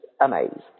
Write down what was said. amazing